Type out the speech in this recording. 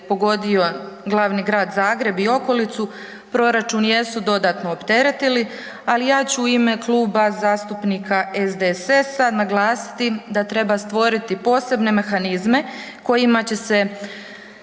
pogodio glavi grad Zagreb i okolicu proračun jesu dodatno opteretili, ali ja ću u ime Kluba zastupnika SDSS-a naglasiti da treba stvoriti posebne mehanizme kojima će se